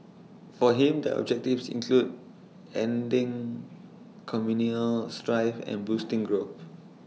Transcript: for him the objectives included ending communal strife and boosting growth